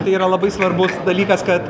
tai yra labai svarbus dalykas kad